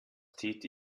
täte